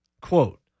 Quote